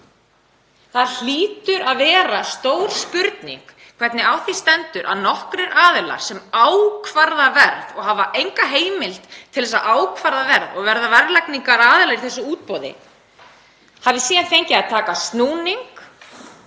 Það hlýtur að vera stór spurning hvernig á því stendur að nokkrir aðilar sem ákvarða verð og hafa enga heimild til þess að ákvarða verð en verða verðlagningaraðilar í þessu útboði